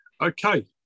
Okay